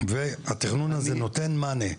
והתכנון הזה נותן מענה,